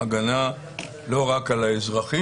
ההגנה היא לא רק על האזרחים,